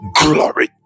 glory